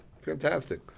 fantastic